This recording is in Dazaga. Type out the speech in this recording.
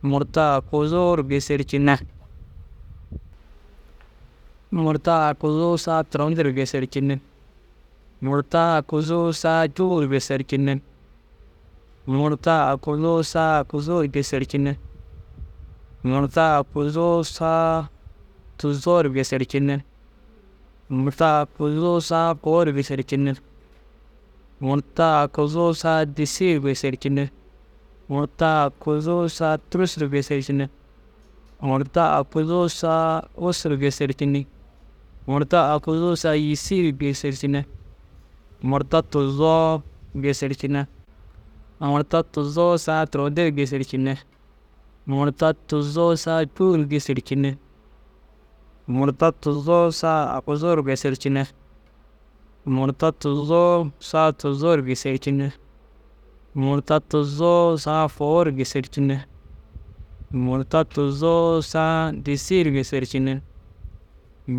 Murta aguzuu ru gêsercinne. Murta aguzuu saa turon dir gêsercinne, murta aguzuu saa cûu ru gêsercinne, murta aguzuu saa aguzuu gêsercinne, murta aguzuu saa tuzoo ru gêsercinne, murta aguzuu saa fôu ru gêsercinne, murta aguzuu saa disii ru gêsercinnne, murta aguzuu saa tûrusu ru gêsercinne, murta aguzuu saa ussu ru gêsercinne, murta aguzuu saa yîsii gêsercinne, murta tuzoo gêsercinne. Murta tuzoo saa turon dir gêsercinne, murta turon saa cûu ru gêsercinne, murta tuzoo saa fôu ru gêsercinne, murta tuzoo saa disii ru gêsercinne,